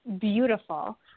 beautiful